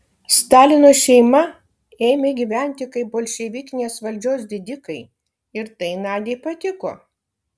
stalino šeima ėmė gyventi kaip bolševikinės valdžios didikai ir tai nadiai patiko